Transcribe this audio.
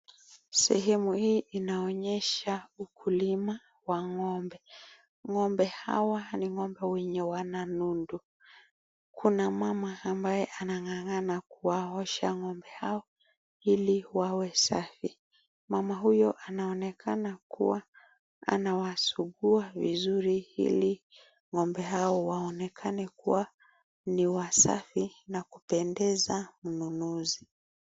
Sehemu hii inaonyesha ukulima ya ng'ombe. Ng'ombe hawa ni ng'ombe wenye wana nundu. Kuna mama ambaye anangangana kuwaosha ng'ombe hao ili wawe safi. Mama huyo anaonekana kua anawasugua vizuri ili ng'ombe hao waonekane kua niwa safi na kupendeza mnunuzi.